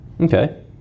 okay